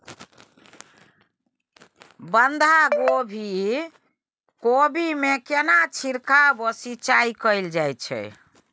बंधागोभी कोबी मे केना छिरकाव व सिंचाई कैल जाय छै?